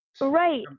right